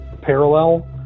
parallel